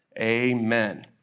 amen